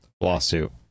lawsuit